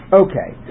okay